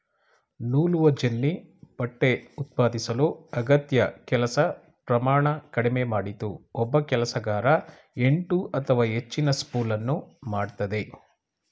ನೂಲುವಜೆನ್ನಿ ಬಟ್ಟೆ ಉತ್ಪಾದಿಸಲು ಅಗತ್ಯ ಕೆಲಸ ಪ್ರಮಾಣ ಕಡಿಮೆ ಮಾಡಿತು ಒಬ್ಬ ಕೆಲಸಗಾರ ಎಂಟು ಅಥವಾ ಹೆಚ್ಚಿನ ಸ್ಪೂಲನ್ನು ಮಾಡ್ತದೆ